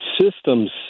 systems